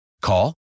Call